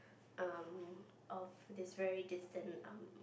um of is very distant lah